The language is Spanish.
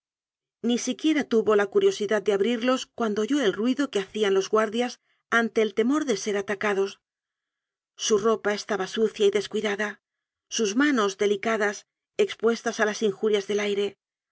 ni siquiera tuvo la curiosidad de abrirlos cuando oyó el ruido que hacían los guardias ante el temor de ser ataca dos su ropa estaba sucia y descuidada sus manos delicadas expuestas a las injurias del aire